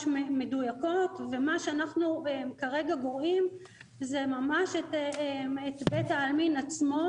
ומה שאנחנו כרגע גורעים זה ממש את בית העלמין עצמו,